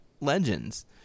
legends